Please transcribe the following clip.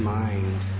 mind